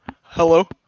Hello